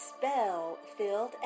spell-filled